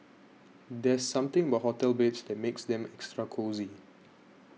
there's something about hotel beds that makes them extra cosy